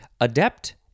adept